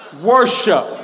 worship